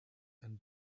and